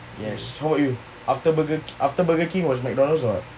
yes how how about you after burger king was McDonald's [what]